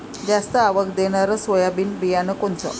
जास्त आवक देणनरं सोयाबीन बियानं कोनचं?